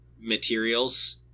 materials